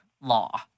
law